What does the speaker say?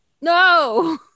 no